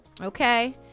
Okay